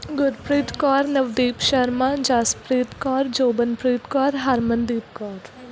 Gurpreet Kaur Navdeep Sharma Jaspreet Kaur Jobanpreet Kaur Harmandeep Kaur